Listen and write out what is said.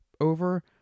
over